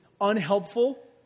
unhelpful